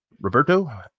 Roberto